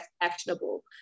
actionable